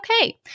okay